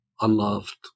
unloved